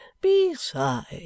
Besides